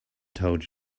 told